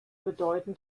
bedeuten